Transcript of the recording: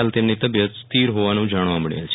હાલતેમની તબિયત સ્થિર હોવાનું જાણવા મળેલ છે